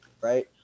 right